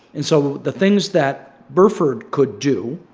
and so the things that burford could do,